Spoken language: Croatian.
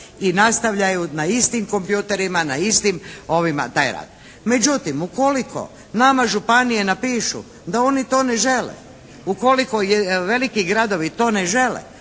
i nastavljaju na istim kompjutorima, na istim taj rad. Međutim, ukoliko nama županije napišu da oni to ne žele, ukoliko veliki gradovi to ne žele,